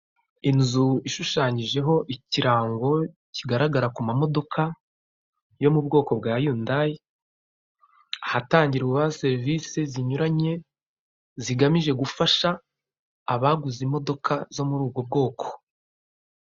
Inzu ishushanyijeho ikirango kigaragara kumamodoka yo mubwoko bwa yundayi, ahatangirwa serivise zinyuranye, zigamije gufasha abaguze imodoka zo muri ubwo bwoko.